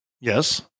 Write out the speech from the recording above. Yes